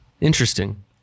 Interesting